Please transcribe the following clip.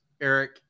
Eric